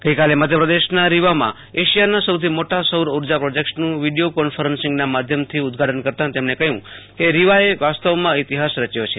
ગઈકાલે મધ્યપ્રદેશના રીવામાં એશિયાના સૌથી મોટા સૌર ઉર્જા પ્રોજેક્ટનું વીડિથો કોન્ફરન્સિંગના માધ્યમથી ઉદ્દઘાટન કરતાં તેમણે કહ્યું કે રીવાએ વાસ્તવમાં ઇતિફાસ રચ્યો છે